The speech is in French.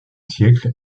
siècle